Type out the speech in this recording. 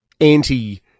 anti